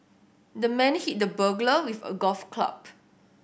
the man hit the burglar with a golf club